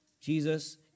Jesus